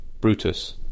Brutus